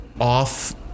off